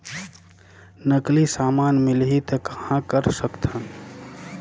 नकली समान मिलही त कहां कर सकथन?